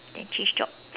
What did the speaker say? then change job